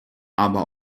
aber